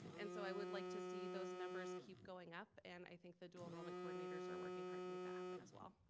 and so i would like to see those numbers keep going up and i think the dual enrollment coordinators are working hard to make that happen as well.